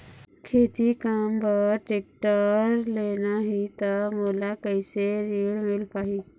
खेती काम बर टेक्टर लेना ही त मोला कैसे ऋण मिल पाही?